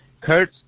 Kurt